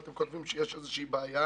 שיש איזו שהיא בעיה.